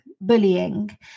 bullying